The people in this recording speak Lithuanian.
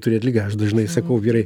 turėt ligą aš dažnai sakau vyrai